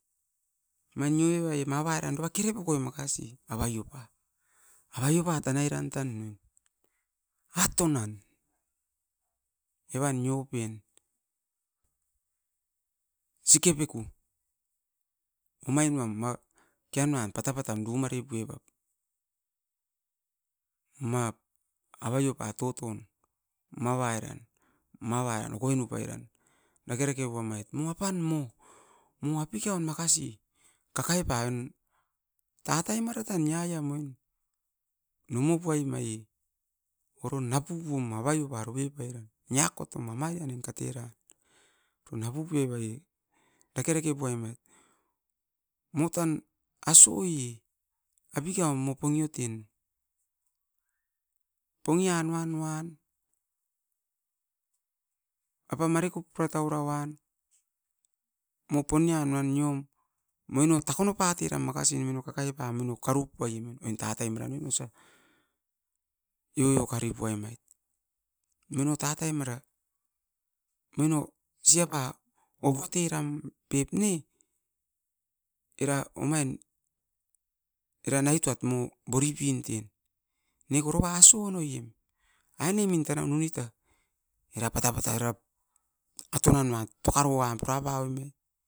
Ma nioe vaie ma avaio pa dova kere pokoi tan, atonanam. sikepeku kianoan ma pata patam dumare puevait. Ma toton avaiopa oro tan kemoi tauara puevait, oit ne pura puevait, mo apikaun kerin ten mo, suepum oin kkakarapairan tan. Siapa moino nanga tatai mara num puevap. Dake puemait oit moino siapa takonop pam makasi ne mo ponge oten aine min tanai nuni tau, era pata pata toka roan pura puevait atonan am. Neko dova asoe era naituat apikaun mo ton ten.